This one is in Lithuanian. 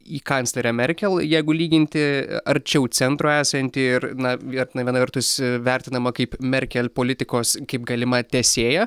į kanclerę merkel jeigu lyginti arčiau centro esanti ir na vie viena vertus vertinama kaip merkel politikos kaip galima tęsėja